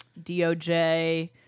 DOJ